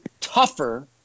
tougher